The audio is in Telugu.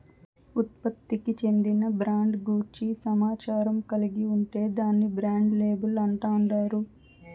ఉత్పత్తికి చెందిన బ్రాండ్ గూర్చి సమాచారం కలిగి ఉంటే దాన్ని బ్రాండ్ లేబుల్ అంటాండారు